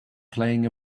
playing